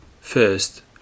First